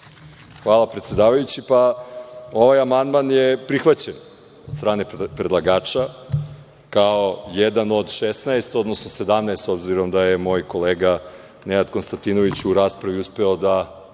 Hvala, predsedavajući. Ovaj amandman je prihvaćen od strane predlagača, kao jedan 16, odnosno 17, s obzirom da je moj kolega Nenad Konstantinović u raspravi uspeo da